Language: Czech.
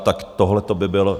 Tak tohle to by byl...